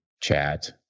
chat